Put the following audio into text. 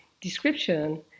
description